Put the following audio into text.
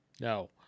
No